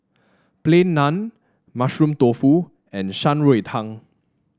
Plain Naan Mushroom Tofu and Shan Rui Tang